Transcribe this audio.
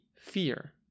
fear